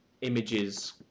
images